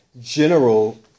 general